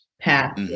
path